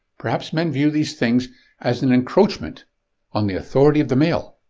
perhaps men view these things as an encroachment on the authority of the male.